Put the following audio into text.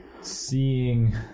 Seeing